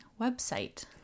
website